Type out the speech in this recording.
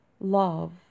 love